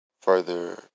further